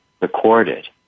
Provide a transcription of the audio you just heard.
recorded